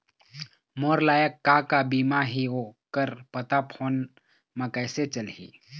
मोर लायक का का बीमा ही ओ कर पता फ़ोन म कइसे चलही?